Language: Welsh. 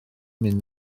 mynd